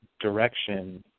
direction